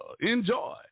Enjoy